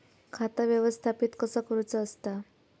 खाता व्यवस्थापित कसा करुचा असता?